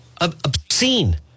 Obscene